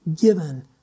given